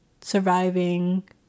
surviving